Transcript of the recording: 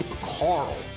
Carl